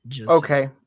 Okay